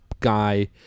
Guy